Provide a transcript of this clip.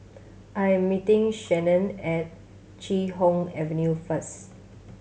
I am meeting Shannon at Chee Hoon Avenue first